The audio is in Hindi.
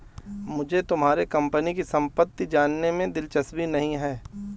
मुझे तुम्हारे कंपनी की सम्पत्ति जानने में दिलचस्पी नहीं है